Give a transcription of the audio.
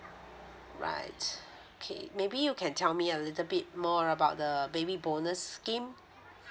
right okay maybe you can tell me a little bit more about the baby bonus scheme